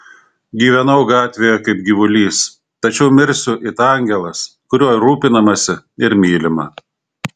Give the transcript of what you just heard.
gyvenau gatvėje kaip gyvulys tačiau mirsiu it angelas kuriuo rūpinamasi ir mylima